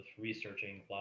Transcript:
researching